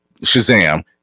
Shazam